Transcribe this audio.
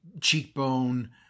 cheekbone